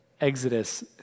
Exodus